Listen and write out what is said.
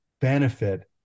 benefit